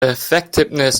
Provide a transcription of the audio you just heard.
effectiveness